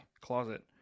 closet